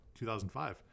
2005